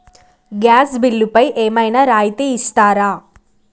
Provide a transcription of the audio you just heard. Gas బిల్లుపై ఏమైనా రాయితీ ఇస్తారా?